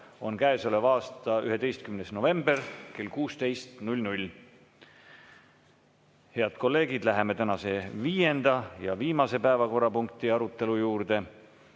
on käesoleva aasta 11. november kell 16. Head kolleegid! Läheme tänase viienda ja viimase päevakorrapunkti arutelu juurde.